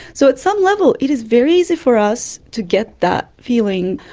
so at some level it is very easy for us to get that feeling.